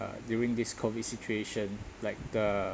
uh during this COVID situation like the